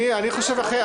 אני חושב אחרת.